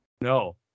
No